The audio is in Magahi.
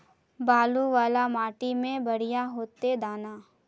बालू वाला माटी में बढ़िया होते दाना?